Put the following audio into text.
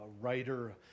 writer